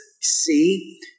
see